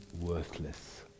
worthless